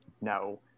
No